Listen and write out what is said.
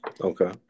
Okay